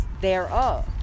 thereof